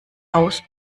aus